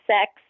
sex